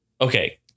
Okay